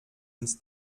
ins